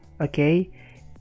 Okay